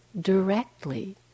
directly